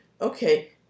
okay